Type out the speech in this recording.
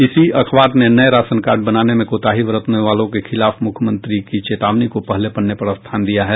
इसी अखबार ने नये राशन कार्ड बनाने में कोताही बरतने वालों के खिलाफ मुख्यमंत्री की चेतावनी को पहले पन्ने पर स्थान दिया है